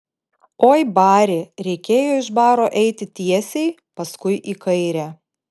oi bari reikėjo iš baro eiti tiesiai paskui į kairę